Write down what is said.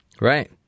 Right